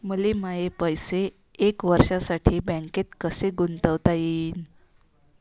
मले माये पैसे एक वर्षासाठी बँकेत कसे गुंतवता येईन?